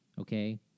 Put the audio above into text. okay